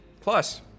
Plus